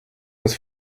das